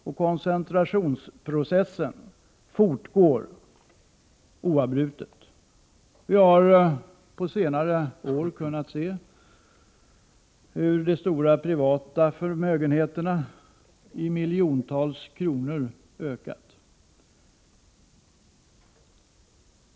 Och koncentrationsprocessen fortgår oavbrutet. Vi har på senare år kunnat se hur de stora privata förmögenheterna i miljonklassen ökat.